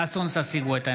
ששון ששי גואטה,